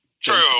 True